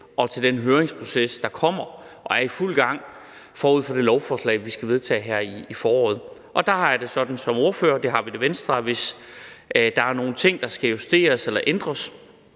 og til den høringsproces, der kommer – og er i fuld gang forud for det lovforslag, vi skal vedtage her i foråret. Der har jeg det sådan som ordfører, og det har vi i Venstre, at hvis der er nogle ting, der skal justeres eller ændres,